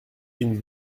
une